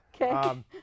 Okay